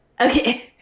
Okay